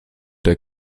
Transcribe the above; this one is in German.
der